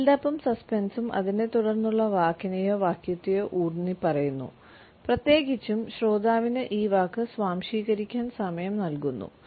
build അപ്പും സസ്പെൻസും അതിനെ തുടർന്നുള്ള വാക്കിനെയോ വാക്യത്തെയോ ഊന്നിപ്പറയുന്നു പ്രത്യേകിച്ചും ശ്രോതാവിന് ഈ വാക്ക് സ്വാംശീകരിക്കാൻ സമയം നൽകുന്നു